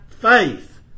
faith